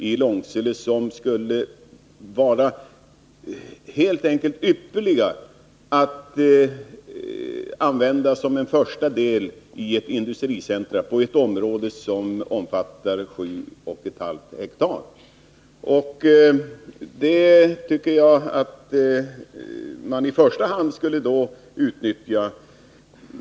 i Långsele, som skulle vara helt enkelt ypperliga att använda som en första del av ett industricenter på ett område som omfattar 7,5 ha. Detta tycker jag att man skulle utnyttja i första hand.